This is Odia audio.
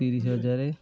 ତିରିଶ ହଜାର